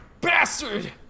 Bastard